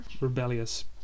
rebellious